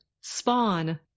spawn